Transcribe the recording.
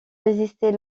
résister